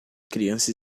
crianças